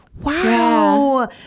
Wow